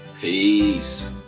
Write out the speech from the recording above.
Peace